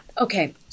Okay